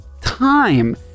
time